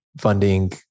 funding